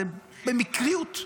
במקריות.